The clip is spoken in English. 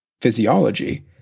physiology